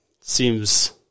seems